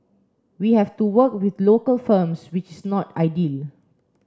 we have to work with the local firms which is not ideal